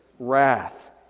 wrath